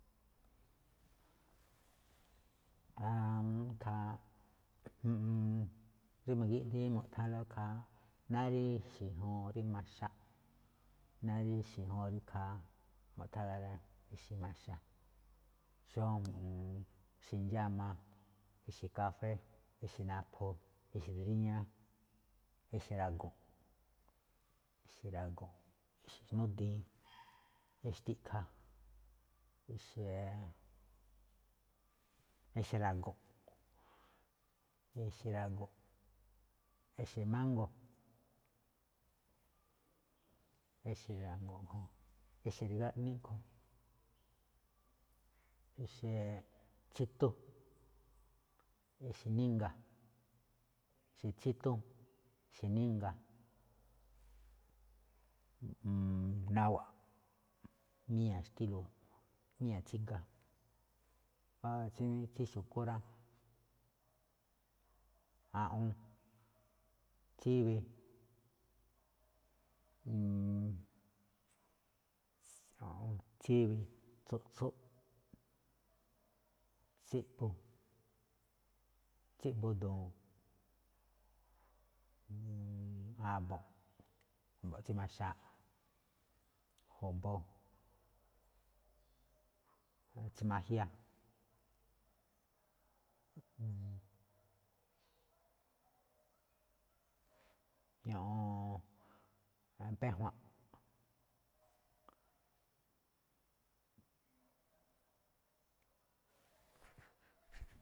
rí mu̱gíꞌdi̱ín mu̱thánlóꞌ ikhaa, náá rí ixe̱ ñajuun rí maxa, náá rí ixe̱ ñajuun ikhaa, mu̱thánlóꞌ ixe̱ maxa, xó ixe̱ ndxáma, ixe̱ kafée, idxe̱ naphu, ixe̱ dríñá, ixe̱ ra̱go̱nꞌ, ixe̱ ra̱go̱nꞌ, ixe̱ sndúdii, ixe̱ xti̱ꞌkha̱, ixe̱, ixe̱ ra̱go̱nꞌ, ixe̱ mángo̱, ixe̱ ra̱go̱nꞌ a̱ꞌkhue̱n, ixe̱ ra̱gáꞌní a̱ꞌkhue̱n, ixe̱ chítú, ixe̱ nínga̱, ixe̱ chítú, ixe̱ nínga̱, náwa̱ꞌ, míña̱ xtílo̱, míña̱ tsíga. A tsí xu̱kú rá, a̱ꞌwon, tsíwi, tsíwi, tsu̱ꞌtsún, tsíꞌbu, tsíꞌbu du̱u̱n, a̱bo̱ꞌ, a̱bo̱ꞌ tsí maxaa, jo̱bo, tsi̱majña, ño̱ꞌo̱n xpéjua̱ṉꞌ.